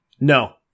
No